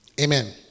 Amen